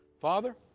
Father